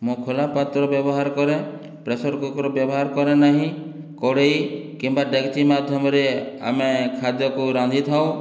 ମୁଁ ଖୋଲା ପାତ୍ର ବ୍ୟବହାର କରେ ପ୍ରେସରକୁକର୍ ବ୍ୟବହାର କରେ ନାହିଁ କଢ଼େଇ କିମ୍ବା ଡେକ୍ଚି ମାଧ୍ୟମରେ ଆମେ ଖାଦ୍ୟକୁ ରାନ୍ଧି ଥାଉ